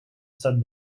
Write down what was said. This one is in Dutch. set